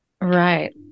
Right